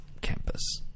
Campus